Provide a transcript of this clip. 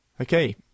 Okay